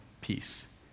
peace